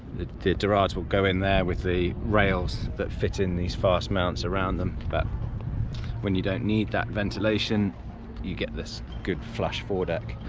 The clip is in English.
the dorades will go in there with the rails that fit in these fast mounts around them, but when you don't need that ventilation you get this good flush foredeck,